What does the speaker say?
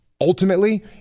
ultimately